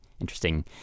interesting